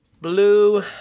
Blue